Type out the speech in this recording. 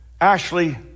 Ashley